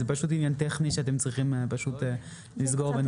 זה פשוט עניין טכני שאתם צריכים לסגור ביניכם.